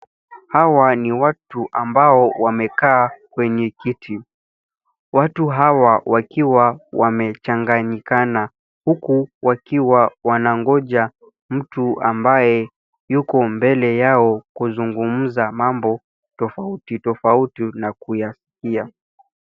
Hawa ni watu ambao wamekaa kwenye kiti. Watu hawa wakiwa wamechanganyikana huku wakiwa wana ngoja mtu ambaye yuko mbele yao kuzungumza mambo tofauti tofauti na kuyasikia.